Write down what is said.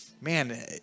man